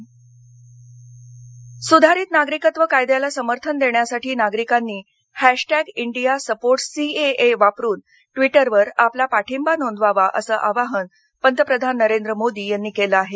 पंतप्रधान सुधारित नागरिकत्व कायद्याला समर्थन देण्यासाठी नागरिकांनी हॅशटॅग इंडिया सपोर्टस् सीएए वापरुन ट्विटरवर आपला पाठिंबा नोंदवावा असं आवाहन पंतप्रधान नरेंद्र मोदी यांनी केलं आहे